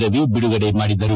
ರವಿ ಬಿಡುಗಡೆ ಮಾಡಿದರು